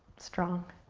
strong,